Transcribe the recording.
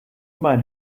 mein